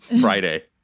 Friday